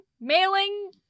mailing